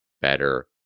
better